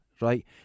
Right